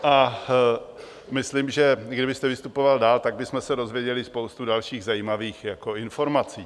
A myslím, že kdybyste vystupoval dál, tak bychom se dozvěděli spoustu dalších zajímavých informací.